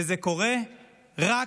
וזה קורה רק